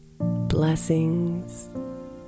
Blessings